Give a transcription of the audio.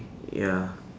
ya